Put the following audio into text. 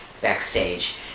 backstage